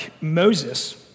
Moses